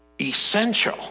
essential